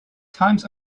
times